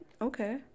Okay